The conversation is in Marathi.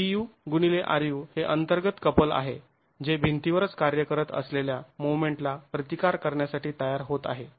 Pu x ru हे अंतर्गत कपल आहे जे भिंतीवरच कार्य करत असलेल्या मोमेंटला प्रतिकार करण्यासाठी तयार होत आहे